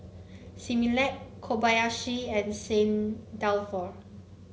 Similac Kobayashi and St Dalfour